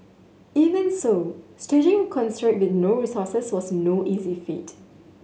even so staging concert with no resources was no easy feat